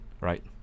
right